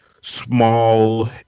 small